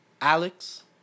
alex